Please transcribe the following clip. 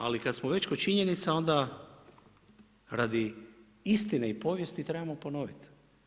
Ali kada smo već kod činjenica, onda radi istine i povijesti trebamo ponoviti.